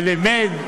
ולימד,